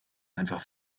einfach